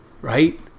right